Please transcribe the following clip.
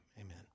Amen